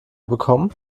bekommen